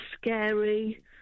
scary